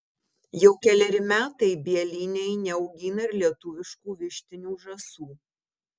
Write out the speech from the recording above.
jau keleri metai bieliniai neaugina ir lietuviškų vištinių žąsų